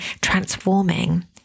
transforming